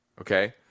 okay